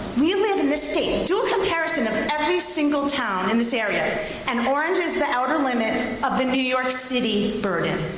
we live in this state. do a comparison of every single town in this area and orange is the outer limit of the new york city burden.